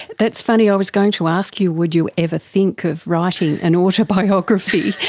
that's funny, i was going to ask you would you ever think of writing an autobiography,